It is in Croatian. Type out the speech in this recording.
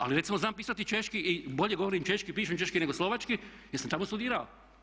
Ali recimo znam pisati češki i bolje govorim češki, pišem češki nego slovački jer sam tamo studirao.